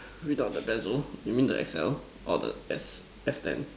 read out the base or you mean the X L or the X man